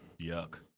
Yuck